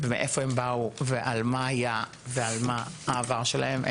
מאיפה הן באו ועל מה היה ועל מה העבר שלהן.